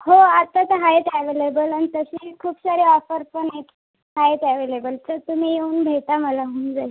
हो आता तर आहेत ॲवेलेबल आणि तसेही खूप साऱ्या ऑफर पण आहेत आहेत अव्हेलेबल तर तुम्ही येऊन भेटा मला होऊन जाईल